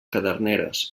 caderneres